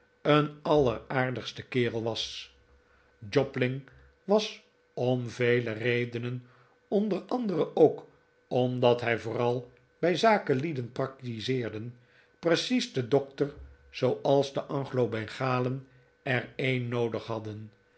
een alleraardigste kerel was jobling was om vele redenen onder andere ook omdat hij vooral bij zakenlieden praktizeerde precies de dokter zooals de